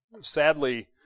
Sadly